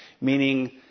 meaning